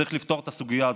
צריך לפתור את הסוגיה הזאת.